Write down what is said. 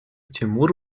тимур